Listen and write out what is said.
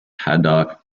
haddock